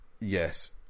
Yes